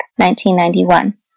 1991